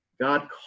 god